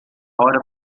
hora